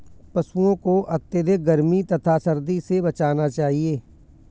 पशूओं को अत्यधिक गर्मी तथा सर्दी से बचाना चाहिए